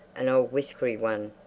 an old whiskery one,